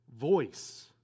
voice